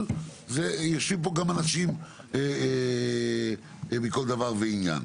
אבל יושבים פה גם אנשים מכל דבר ועניין.